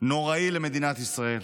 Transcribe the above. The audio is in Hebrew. נוראי למדינת ישראל.